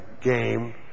game